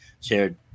shared